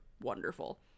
wonderful